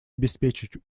обеспечить